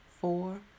four